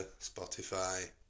Spotify